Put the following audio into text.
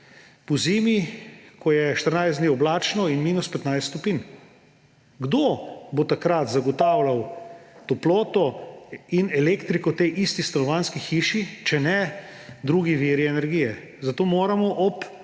pozimi, ko je 14 dni oblačno in minus 15 stopinj. Kdo bo takrat zagotavljal toploto in elektriko tej isti stanovanjski hiši, če ne drugi viri energije. Zato moramo ob